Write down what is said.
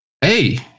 Hey